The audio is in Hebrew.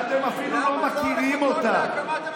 למה לא לחכות להקמת הממשלה?